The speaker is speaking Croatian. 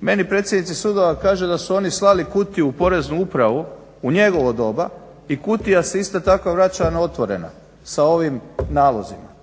Meni predsjednici sudova kažu da su oni slali kutiju u Poreznu upravu u njegovo doba i kutija se ista takva vraća neotvorena sa ovim nalozima.